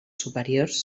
superiors